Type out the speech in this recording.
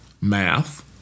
math